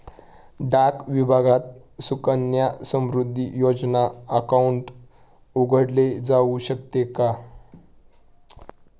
डाक विभागात सुकन्या समृद्धी योजना अकाउंट उघडले जाऊ शकते का?